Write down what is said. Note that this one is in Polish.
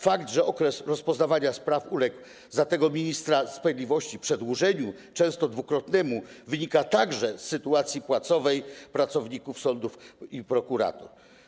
Fakt, że okres rozpoznawania spraw uległ za tego ministra sprawiedliwości przedłużeniu, często dwukrotnemu, wynika także z sytuacji płacowej pracowników sądów i prokuratur.